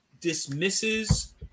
dismisses